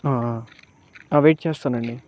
wait చేస్తానండి